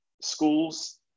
schools